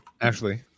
Ashley